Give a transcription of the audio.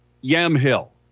Yamhill